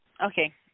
Okay